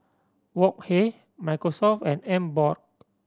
Wok Hey Microsoft and Emborg